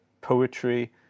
poetry